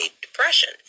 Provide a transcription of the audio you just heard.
depression